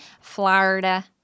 Florida